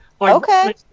Okay